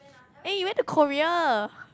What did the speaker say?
eh you went to Korea